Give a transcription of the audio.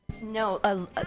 no